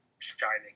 shining